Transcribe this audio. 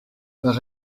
par